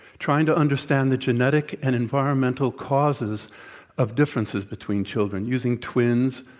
trying to understand the genetic and environmental causes of differences between children, using twins,